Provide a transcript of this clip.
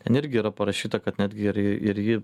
ten irgi yra parašyta kad netgi ir ir jį